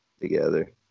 together